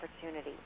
opportunity